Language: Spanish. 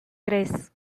tres